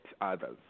others